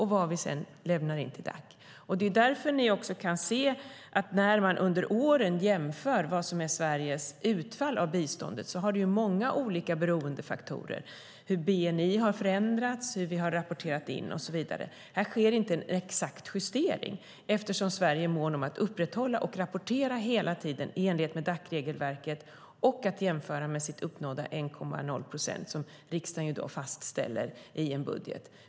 Hur utfallet av Sveriges bistånd har varit under åren varit beror på många olika faktorer - hur bni har förändrats, hur vi har rapporterat in och så vidare. Här sker inte en exakt justering eftersom vi i Sverige är måna om att upprätthålla nivån och rapportera enligt Dac-regelverket. Sedan jämför man det uppnådda med det som fastställs i budgeten, 1,0 procent.